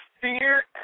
fear